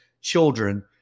children